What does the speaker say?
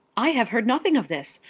i have heard nothing of this.